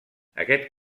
aquest